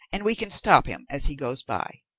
and we can stop him as he goes by.